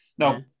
No